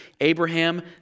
Abraham